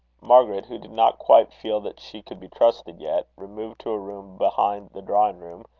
margaret, who did not quite feel that she could be trusted yet, removed to a room behind the drawing-room,